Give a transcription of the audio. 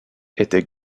étaient